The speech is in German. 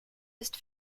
ist